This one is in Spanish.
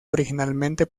originalmente